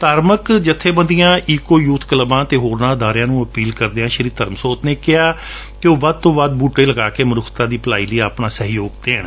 ਧਾਰਮਕ ਜੱਬੇਬੰਦੀਆਂ eco youth ਕਲੱਬਾਂ ਅਤੇ ਹੋਰਨਾਂ ਅਦਾਰਿਆਂ ਨੂੰ ਅਪੀਲ ਕਰਦਿਆਂ ਸ਼ੀ ਧਰਮਸੋਤ ਨੇ ਕਿਹਾ ਕਿ ਉਹ ਵੱਧ ਤੋਂ ਵੱਧ ਬੂਟੇ ਲਗਾ ਕੇ ਮਨੁੱਖਤਾ ਦੀ ਭਲਾਈ ਲਈ ਆਪਣਾ ਸਹਿਯੋਗ ਦੇਣ